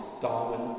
Darwin